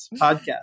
podcast